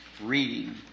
reading